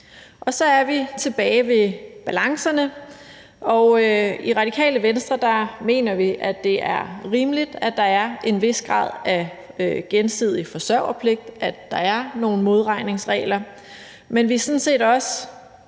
Og så er vi tilbage ved balancerne. I Radikale Venstre mener vi, at det er rimeligt, at der er en vis grad af gensidig forsørgerpligt; at der er nogle modregningsregler. Men vi er sådan set også